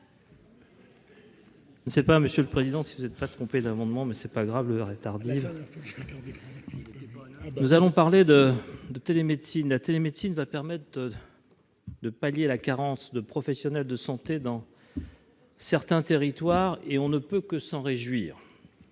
à M. Alain Houpert. La télémédecine va permettre de pallier la carence de professionnels de santé dans certains territoires. On ne peut que s'en réjouir.